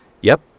Yep